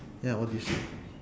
ya what do you see